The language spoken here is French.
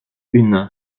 une